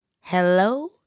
Hello